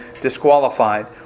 disqualified